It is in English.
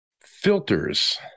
Filters